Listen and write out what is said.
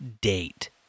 date